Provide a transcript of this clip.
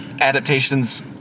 adaptations